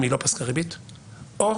אם היא לא פסקה ריבית; או